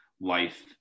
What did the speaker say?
life